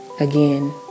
again